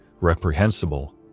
reprehensible